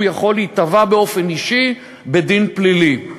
הוא יכול להיתבע באופן אישי בדין פלילי.